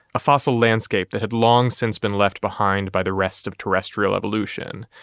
a fossil landscape that had long since been left behind by the rest of terrestrial evolution.